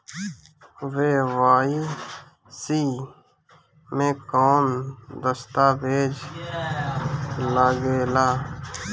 KYC मे कौन दश्तावेज लागेला?